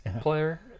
player